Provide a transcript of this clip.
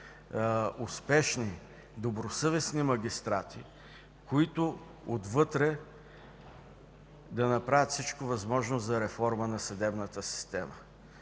успешни, добросъвестни магистрати, които отвътре да направят всичко възможно за реформа на съдебната система